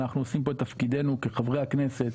אנחנו עושים פה את תפקידנו כחברי הכנסת,